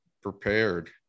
prepared